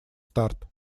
старт